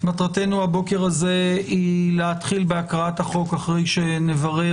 מטרתנו הבוקר הזה היא להתחיל בהקראת החוק אחרי שנברר